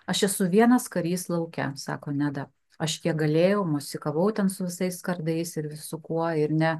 aš esu vienas karys lauke sako neda aš kiek galėjau mosikavau ten su visais kardais ir visu kuo ir ne